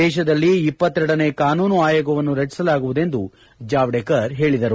ದೇಶದಲ್ಲಿ ಇಪ್ಪತ್ತೆರಡನೇ ಕಾನೂನು ಅಯೋಗವನ್ನು ರಚಿಸಲಾಗುವುದೆಂದೂ ಜಾವಡೇಕರ್ ಹೇಳಿದರು